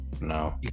no